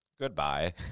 Goodbye